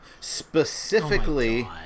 Specifically